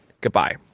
Goodbye